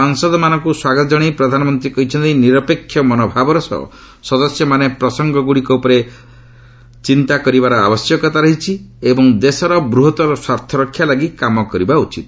ସାଂସଦମାନଙ୍କୁ ସ୍ୱାଗତ ଜଣାଇ ପ୍ରଧାମନ୍ତ୍ରୀ କହିଛନ୍ତି ନିରପେକ୍ଷ ମନୋଭାବର ସହ ସଦସ୍ୟମାନେ ପ୍ରସଙ୍ଗଗୁଡ଼ିକ ଉପରେ ଚିନ୍ତା କରିବାର ଆବଶ୍ୟକତା ରହିଛି ଏବଂ ଦେଶର ବୃହତ୍ତର ସ୍ୱାର୍ଥରକ୍ଷା ଲାଗି କାମ କରିବା ଉଚିତ